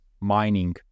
mining